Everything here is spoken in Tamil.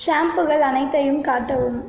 ஷாம்ப்புகள் அனைத்தையும் காட்டவும்